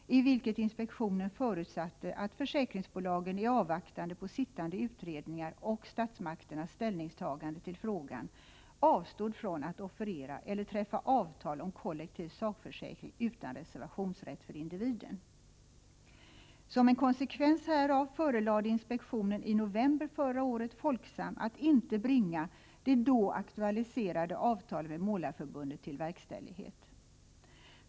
I detta förutsatte inspektionen att försäkringsbolagen i avvaktan på sittande utredningar och statsmakternas ställningstagande i frågan avstod från att offerera eller träffa avtal om kollektiv sakförsäkring utan reservationsrätt för individen. Som en konsekvens härav förelade inspektionen i november förra året Folksam att inte bringa det då aktualiserade avtalet med Målareförbundet till verkställighet.